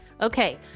Okay